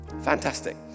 fantastic